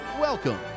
welcome